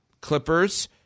Clippers